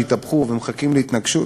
שהתהפכו ומחכים להתנגשות.